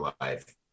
life